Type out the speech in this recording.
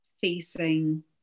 facing